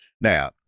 Now